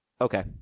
Okay